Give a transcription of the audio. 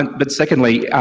and but secondly,